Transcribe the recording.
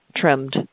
trimmed